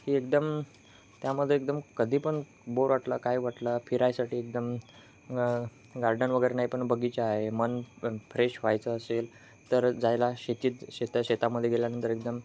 की एकदम त्यामध्ये एकदम कधी पण बोर वाटला काय वाटला फिरायसाठी एकदम गार्डन वगैरे नाही पण बगीचा आहे मन फ्रेश व्हायचं असेल तर जायला शेतीत शेता शेतामध्ये गेल्यानंतर एकदम